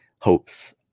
hopes